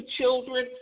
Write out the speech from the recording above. children